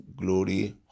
glory